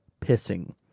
pissing